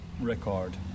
record